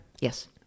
yes